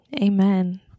Amen